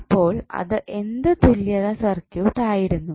അപ്പോൾ അത് എന്ത് തുല്യത സർക്യൂട്ട് ആയിരുന്നു